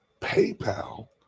PayPal